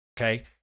Okay